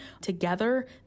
together